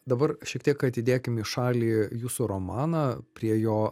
dabar šiek tiek atidėkim į šalį jūsų romaną prie jo